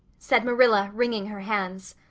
said marilla, wringing her hands.